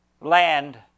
land